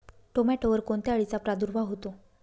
टोमॅटोवर कोणत्या अळीचा प्रादुर्भाव होतो?